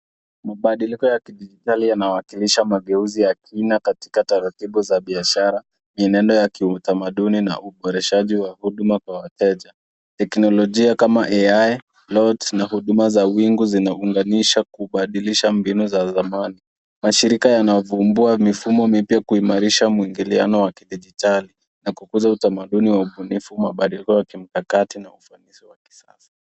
Mabadiliko ya kidijitali yanawakilisha mageuzi ya kina katika taratibu za biashara, mienendo ya kitamaduni na uboreshaji wa huduma kwa wateja. Teknolojia kama AI, bots na huduma za wingu zinaunganishwa kubadilisha mbinu za zamani. Mashirika yanayovumbua mifumo mipya kuimarisha muungano wa kidijitali na kukuza utamaduni wa ubunifu, mabadiliko ya kimpakati na ufanisi wa kisasa.